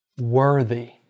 Worthy